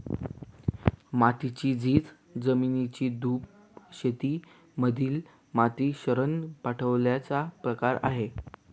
मातीची झीज, जमिनीची धूप शेती मधील माती शरण पावल्याचा प्रकार आहे